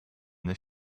this